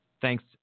thanks